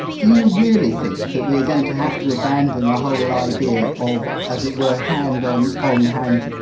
do you really think that we're going to have to abandon the whole idea of as it were hand on on hand,